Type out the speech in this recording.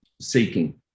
seeking